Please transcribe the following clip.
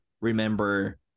remember